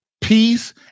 peace